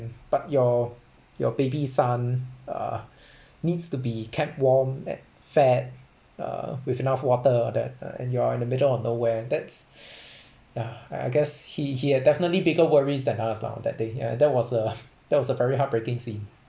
but your your baby son uh needs to be kept warm and fed uh with enough water that uh and you're in the middle of nowhere that's yeah I guess he he had definitely bigger worries than us lah that day yeah that was a that was a very heartbreaking scene